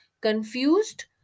Confused